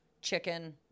chicken